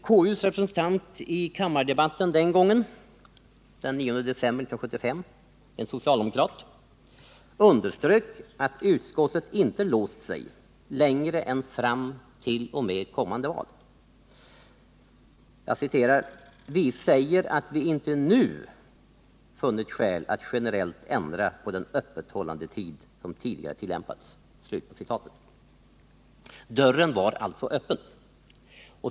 KU:s representant i kammardebatten den 9 december 1975 — en socialdemokrat — underströk att utskottet inte hade låst sig längre än fram t.o.m. kommande val: ”Vi säger att vi inte nu finner skäl att generellt ändra på den öppethållandetid som tidigare tillämpats.” Dörren var alltså öppen.